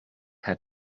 had